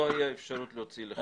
לא הייתה אפשרות להוציא לחל"ת.